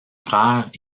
frère